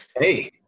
hey